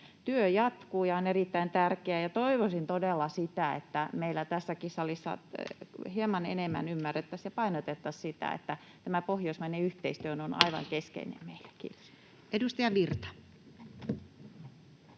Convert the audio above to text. Työ jatkuu, ja on erittäin tärkeää ja toivoisin todella sitä, että meillä tässäkin salissa hieman enemmän ymmärrettäisiin ja painotettaisiin sitä, että tämä pohjoismainen yhteistyö on aivan